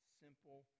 simple